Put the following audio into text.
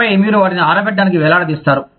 ఆపై మీరు వాటిని ఆరబెట్టడానికి వేలాడదీస్తారు